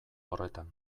horretan